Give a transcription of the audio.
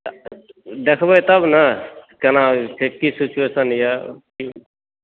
तऽ देखबै तब ने केना की सिचुएशन यऽ की